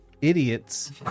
Idiots